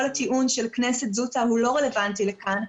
כל הטיעון של כנסת זוטא הוא לא רלוונטי לכאן,